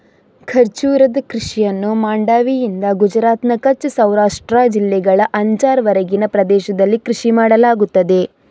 ಖರ್ಜೂರದ ಕೃಷಿಯನ್ನು ಮಾಂಡವಿಯಿಂದ ಗುಜರಾತ್ನ ಕಚ್ ಸೌರಾಷ್ಟ್ರ ಜಿಲ್ಲೆಗಳ ಅಂಜಾರ್ ವರೆಗಿನ ಪ್ರದೇಶದಲ್ಲಿ ಕೃಷಿ ಮಾಡಲಾಗುತ್ತದೆ